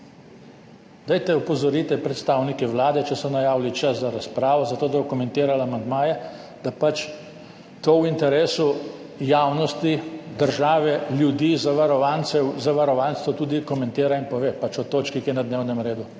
Dajte, opozorite predstavnike Vlade, če so najavili čas za razpravo zato, da bo komentirala amandmaje, da pač to v interesu javnosti, države, ljudi, zavarovancev, zavarovancev tudi komentira in pove pač o točki, ki je na dnevnem redu.